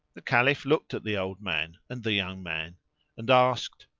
the caliph looked at the old man and the young man and asked,